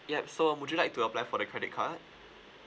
yup so would you like to apply for the credit card